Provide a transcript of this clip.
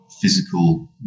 physical